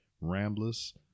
ramblers